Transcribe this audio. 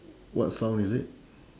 what sound is it